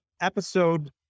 episode